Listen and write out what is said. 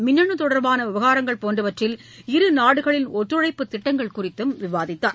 மின்னணு தொடர்பான விவகாரங்கள் போன்றவற்றில் இருநாடுகளின் ஒத்துழைப்பு திட்டங்கள் குறித்து விவாதித்தார்